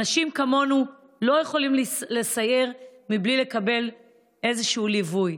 אנשים כמונו לא יכולים לסייר מבלי לקבל איזשהו ליווי.